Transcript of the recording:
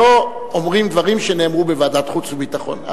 שלא אומרים דברים שנאמרו בוועדת חוץ וביטחון,